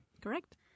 Correct